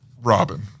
Robin